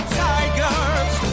tigers